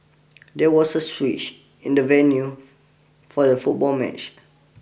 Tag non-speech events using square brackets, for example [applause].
[noise] there was a switch in the venue [unintelligible] for the football match